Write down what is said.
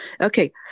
Okay